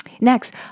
Next